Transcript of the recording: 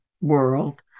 world